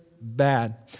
bad